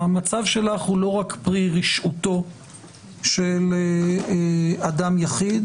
המצב שלך הוא לא רק פרי רשעותו של אדם יחיד,